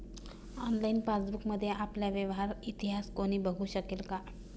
Online पासबुकमध्ये आपला व्यवहार इतिहास कोणी बघु शकेल का?